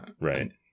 right